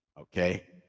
Okay